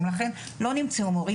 לא נמצאו מורים,